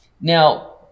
Now